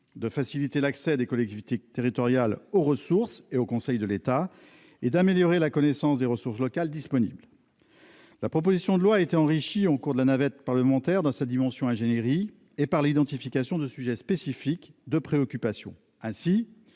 de faciliter l'accès des collectivités territoriales aux ressources et aux conseils de l'État et d'améliorer la connaissance des ressources locales disponibles. La proposition de loi a été enrichie au cours de la navette parlementaire dans sa dimension ingénierie et par l'identification de sujets de préoccupation